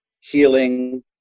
healing